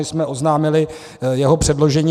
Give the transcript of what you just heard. My jsme oznámili jeho předložení.